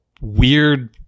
weird